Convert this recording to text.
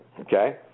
Okay